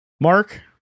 Mark